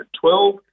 twelve